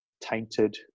tainted